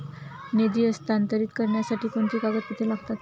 निधी हस्तांतरित करण्यासाठी कोणती कागदपत्रे लागतात?